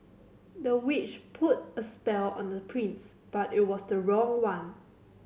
the witch put a spell on the prince but it was the wrong one